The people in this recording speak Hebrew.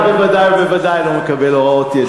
ממך אני בוודאי ובוודאי לא מקבל הוראות, ידידי.